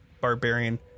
barbarian